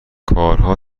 کارها